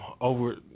over